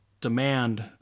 demand